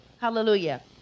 Hallelujah